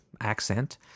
accent